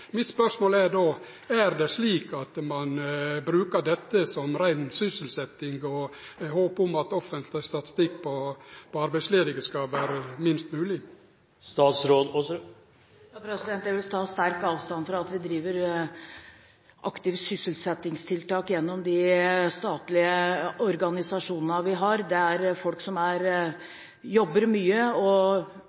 Mitt spørsmål er då: Er det slik at ein bruker dette som rein sysselsetjing, i håp om at den offisielle statistikken over arbeidsledige skal verte lågast mogleg? Jeg vil ta sterkt avstand fra at vi driver aktive sysselsettingstiltak gjennom de statlige organisasjonene vi har. Det er folk som jobber mye og